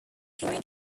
kingdom